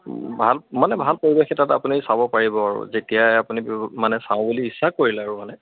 ভাল মানে ভাল পৰিৱেশ এটাত আপুনি চাব পাৰিব আৰু যেতিয়াই আপুনি মানে চাওঁ বুলি ইচ্ছা কৰিলে আৰু মানে